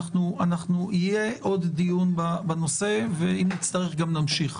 יהיה עוד דיון בנושא ואם נצטרך גם נמשיך.